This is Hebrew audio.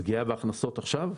הפגיעה בהכנסות עכשיו?